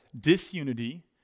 disunity